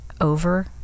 over